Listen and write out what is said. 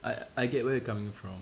I I get where you're coming from